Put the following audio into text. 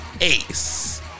ace